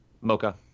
mocha